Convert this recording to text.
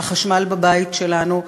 החשמל בבית שלנו,